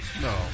No